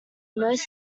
most